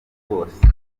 rwose